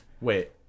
Wait